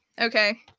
okay